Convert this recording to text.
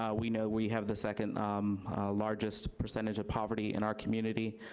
ah we know we have the second largest percentage of poverty in our community.